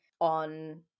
on